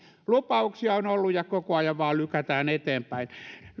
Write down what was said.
lupauksia on ollut ja koko ajan vain lykätään eteenpäin